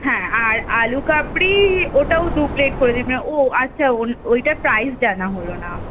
হ্যাঁ আর আলুকাবলি ওটাও দু প্লেট করে দিন ও আচ্ছা ওইটার প্রাইস জানা হলো না